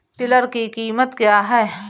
Tiller की कीमत क्या है?